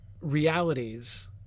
realities